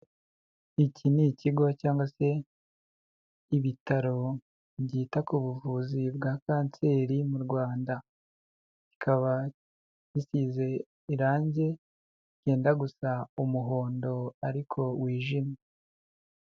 Iki ni ikigo cyangwa se ibitaro byita ku buvuzi bwa kanseri mu Rwanda, bikaba bisize irangi ryenda gusa umuhondo ariko wijimye.